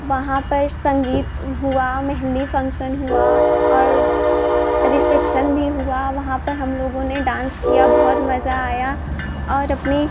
वहाँ पर संगीत हुआ मेहंदी फंक्शन हुआ और रिसेप्शन भी हुआ वहाँ पर हम लोगों ने डांस किया बहुत मज़ा आया और अपनी